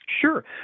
Sure